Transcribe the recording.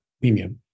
premium